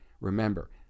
remember